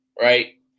right